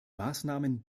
maßnahmen